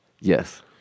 Yes